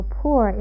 poor